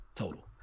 Total